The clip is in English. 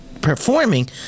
performing